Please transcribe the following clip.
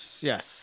yes